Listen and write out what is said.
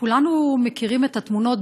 כולנו מכירים את התמונות,